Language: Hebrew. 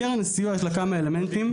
לקרן הסיוע יש כמה אלמנטים.